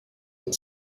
and